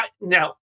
now